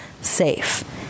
safe